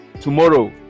Tomorrow